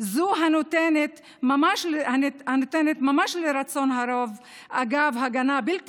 זו הנותנת מימוש לרצון הרוב אגב הגנה בלתי